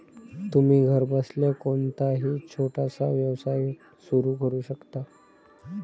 तुम्ही घरबसल्या कोणताही छोटासा व्यवसाय सुरू करू शकता